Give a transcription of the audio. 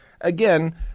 again